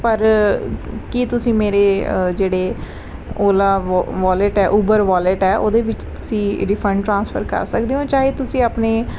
ਪਰ ਕੀ ਤੁਸੀਂ ਮੇਰੇ ਜਿਹੜੇ ਓਲਾ ਵ ਵਾਲੇਟ ਹੈ ਉਬਰ ਵਾਲੇਟ ਹੈ ਉਹਦੇ ਵਿੱਚ ਤੁਸੀਂ ਰਿਫੰਡ ਟਰਾਂਸਫਰ ਕਰ ਸਕਦੇ ਹੋ ਚਾਹੇ ਤੁਸੀਂ ਆਪਣੇ